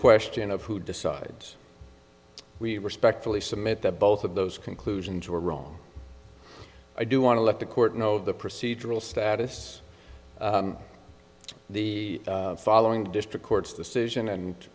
question of who decides we respectfully submit that both of those conclusions were wrong i do want to let the court know the procedural status of the following district court's decision and